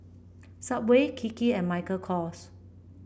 Subway Kiki and Michael Kors